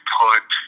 put